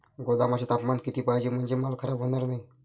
गोदामाचे तापमान किती पाहिजे? म्हणजे माल खराब होणार नाही?